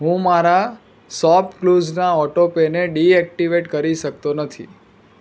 હું મારા શોપકલુઝનાં ઓટો પેને ડી એક્ટીવેટ કરી શકતો નથી